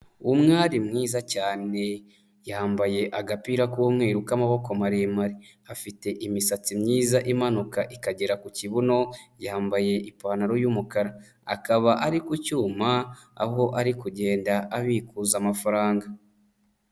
Umwari mwiza cyane yambaye agapira k'umweru k'amaboko maremare, afite imisatsi myiza imanuka ikagera ku kibuno, yambaye ipantaro yumukara akaba ari ku cyuma aho ari kugenda abikuza amafaranga.